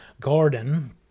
garden